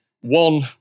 one